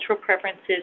preferences